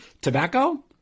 tobacco